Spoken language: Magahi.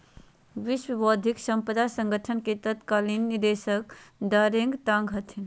विश्व बौद्धिक साम्पदा संगठन के तत्कालीन निदेशक डारेंग तांग हथिन